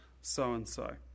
so-and-so